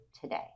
today